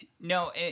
No